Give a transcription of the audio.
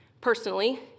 Personally